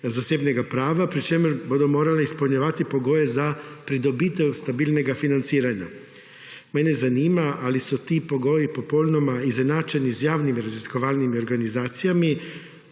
zasebnega prava, pri čemer bodo morale izpolnjevati pogoje za pridobitev stabilnega financiranja. Mene zanima, ali so ti pogoji popolnoma izenačeni z javnimi raziskovalnimi organizacijami